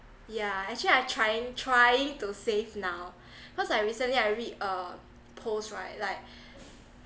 yeah actually I trying trying to save now cause like recently I read a post right like